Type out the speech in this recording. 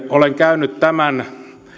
olen käynyt tämän